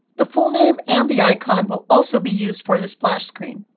the full name and the icon will also be used for the splash screen.